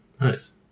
Nice